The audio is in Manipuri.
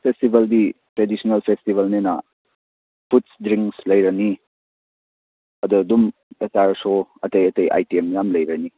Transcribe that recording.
ꯐꯦꯁꯇꯤꯚꯦꯜꯗꯤ ꯇ꯭ꯔꯦꯗꯤꯁꯅꯦꯜ ꯐꯦꯁꯇꯤꯚꯦꯜꯅꯤꯅ ꯐꯨꯗ ꯗ꯭ꯔꯤꯡꯁ ꯂꯩꯔꯅꯤ ꯑꯗ ꯑꯗꯨꯝ ꯑꯆꯥꯔ ꯁꯣ ꯑꯇꯩ ꯑꯇꯩ ꯑꯥꯏꯇꯦꯝ ꯃꯌꯥꯝ ꯂꯩꯔꯅꯤ